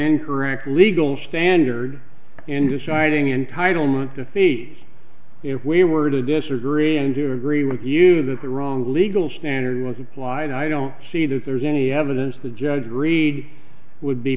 incorrect legal standard in deciding entitlement to see if we were to disagree and you agree with you that the wrong legal standard was applied i don't see that there's any evidence the judge agreed would be